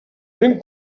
ben